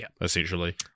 essentially